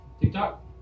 TikTok